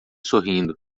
sorrindo